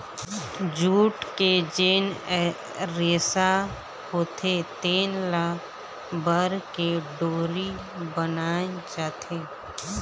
jute के जेन रेसा होथे तेन ल बर के डोरी बनाए जाथे